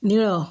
निळं